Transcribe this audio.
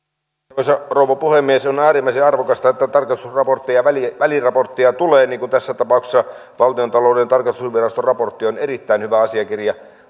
arvoisa rouva puhemies on äärimmäisen arvokasta että tarkastusraporttia ja väliraporttia tulee niin kuin tässä tapauksessa valtiontalouden tarkastusviraston raportti on erittäin hyvä asiakirja